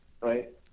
Right